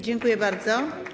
Dziękuję bardzo.